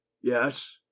yes